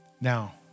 Now